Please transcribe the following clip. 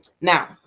Now